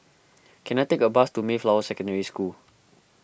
can I take a bus to Mayflower Secondary School